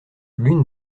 l’une